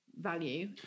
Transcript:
value